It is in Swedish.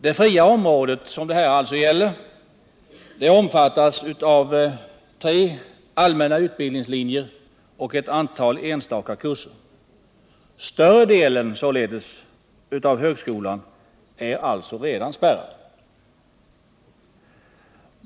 Det fria området omfattas av tre allmänna utbildningslinjer och ett antal enstaka kurser. Större delen av högskolan är således redan spärrad.